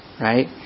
right